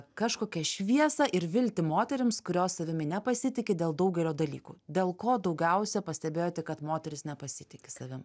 kažkokią šviesą ir viltį moterims kurios savimi nepasitiki dėl daugelio dalykų dėl ko daugiausia pastebėjote kad moterys nepasitiki savim